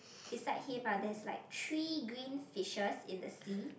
beside him but there's like three green fishes in the sea